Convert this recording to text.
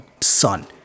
son